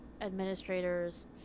administrators